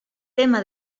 tema